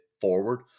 forward